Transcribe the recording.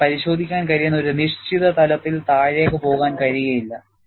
നിങ്ങൾക്ക് പരിശോധിക്കാൻ കഴിയുന്ന ഒരു നിശ്ചിത തലത്തിൽ താഴേക്ക് പോകാൻ കഴിയില്ല